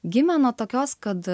gimę nuo tokios kad